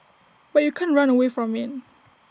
but you can't run away from IT